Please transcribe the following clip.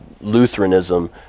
Lutheranism